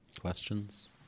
questions